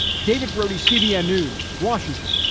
david brody, cbn news, washington.